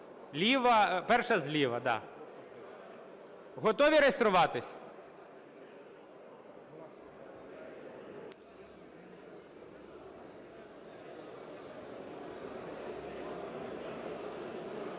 "За", перша зліва, так. Готові реєструватись?